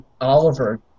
Oliver